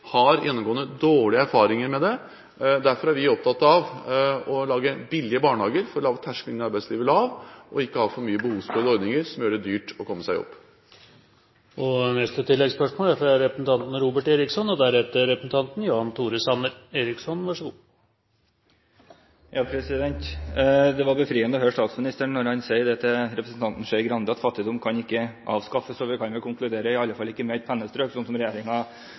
har gjennomgående dårlige erfaringer med dette. Derfor er vi opptatt av å ha billige barnehager – for at terskelen inn i arbeidslivet skal være lav – og ikke ha for mange behovsprøvde ordninger som gjør det dyrt å komme seg ut i jobb. Robert Eriksson – til oppfølgingsspørsmål. Det var befriende å høre statsministeren si til representanten Trine Skei Grande at fattigdom ikke kan avskaffes, og vi kan jo konkludere med at den i alle fall ikke kan avskaffes «med et pennestrøk»,